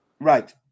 right